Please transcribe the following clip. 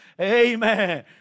amen